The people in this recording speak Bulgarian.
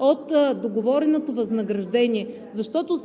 от договореното възнаграждение. Защото